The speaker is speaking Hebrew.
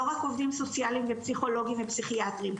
לא רק עובדים סוציאליים ופסיכולוגים ופסיכיאטרים,